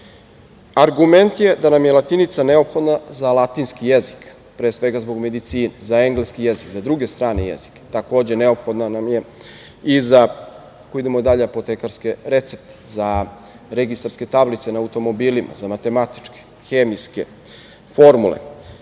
položaju. Argument je da nam je latinica neophodno za latinski jezik, pre svega zbog medicine, za engleski jezik i za druge strane jezike. Takođe, neophodna nam je i za, ako idemo dalje, apotekarske recepte, za registarske tablice na automobilima, za matematičke, hemijske formule.